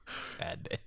Sad